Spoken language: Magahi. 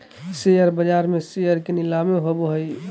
शेयर बाज़ार में शेयर के नीलामी होबो हइ